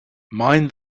mind